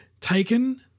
taken